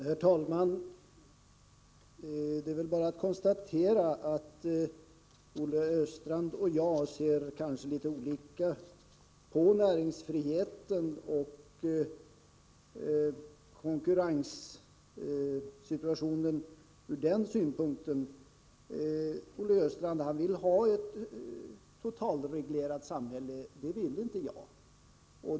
Herr talman! Det är bara att konstatera att Olle Östrand och jag ser litet olika på näringsfriheten och konkurrenssituationen. Olle Östrand vill ha ett totalreglerat samhälle. Det vill inte jag.